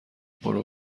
پرو